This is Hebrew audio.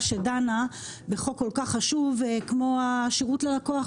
שדנה בחוק כל כך חשוב כמו השירות ללקוח,